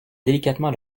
délicatement